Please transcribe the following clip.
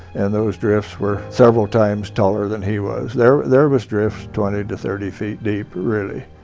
and those drifts were several times taller than he was. there there was drifts twenty to thirty feet deep really,